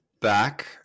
back